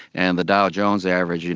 and the dow jones average,